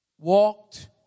Walked